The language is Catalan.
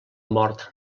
mort